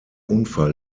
unfall